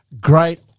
great